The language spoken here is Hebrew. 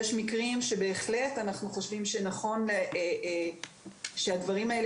יש מקרים שבהחלט אנחנו חושבים שנכון שהדברים האלה